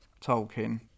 Tolkien